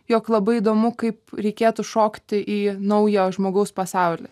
jog labai įdomu kaip reikėtų šokti į naujo žmogaus pasaulį